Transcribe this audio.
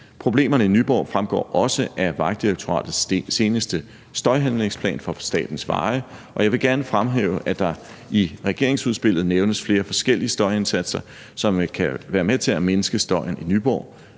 Problemerne i Nyborg fremgår også af Vejdirektoratets seneste støjhandlingsplan for statens veje, og jeg vil gerne fremhæve, at der i regeringsudspillet nævnes flere forskellige støjindsatser, som kan være med til at mindske støjen i Nyborg;